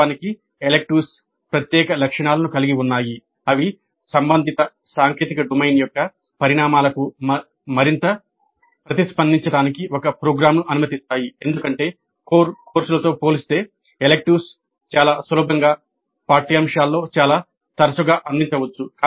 వాస్తవానికి ఎలెక్టివ్స్ ప్రత్యేక లక్షణాలను కలిగి ఉన్నాయి అవి సంబంధిత సాంకేతిక డొమైన్ యొక్క పరిణామాలకు మరింత ప్రతిస్పందించడానికి ఒక ప్రోగ్రామ్ను అనుమతిస్తాయి ఎందుకంటే కోర్ కోర్సులతో పోల్చితే ఎలెక్టివ్స్ చాలా సులభంగా పాఠ్యాంశాల్లో చాలా తరచుగా అందించవచ్చు